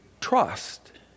trust